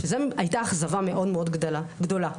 הייתה אכזבה מאוד גדולה.